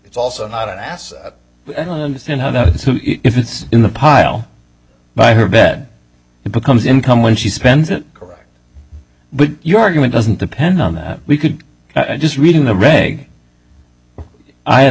it's also not an asset but i don't understand how that is if it's in the pile by her bed it becomes income when she spends it correct but your argument doesn't depend on that we could just read in the reg i